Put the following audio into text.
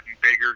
bigger